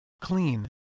clean